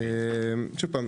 שוב פעם,